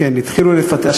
כן, התחילו לפטר.